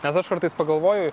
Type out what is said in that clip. nes aš kartais pagalvoju